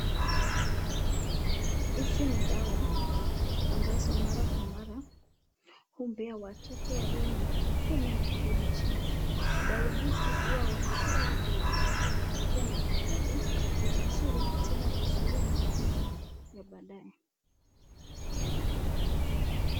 Hizi ni dawa ambazo mara kwa mara humpea watoto walio na miaka kumi na kurudi chini. Dawa hizi huwa wakipea ili wanapata kuwa na afya bora, uzuri mzuri na tena kuzuia magonjwa ya baadaye.